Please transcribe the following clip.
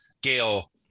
Gail